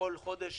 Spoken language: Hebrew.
בכל חודש